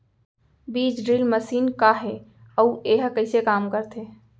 बीज drill machine का हे अऊ एहा कइसे काम करथे?